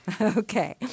Okay